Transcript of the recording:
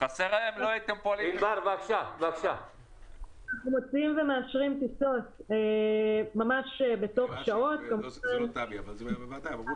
אנחנו מוציאים ומאשרים טיסות בתוך שעות, הפניות